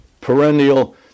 perennial